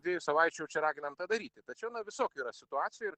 dviejų savaičių čia raginam tą daryti tačiau na visokių yra situacijų ir